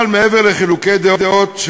אבל מעבר לחילוקי דעות,